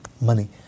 money